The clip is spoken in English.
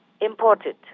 imported